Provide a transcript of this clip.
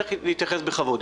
צריך להתייחס בכבוד.